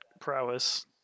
prowess